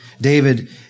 David